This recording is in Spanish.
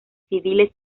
civiles